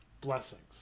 blessings